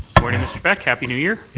mr. beck. happy new year.